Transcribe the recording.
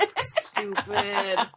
Stupid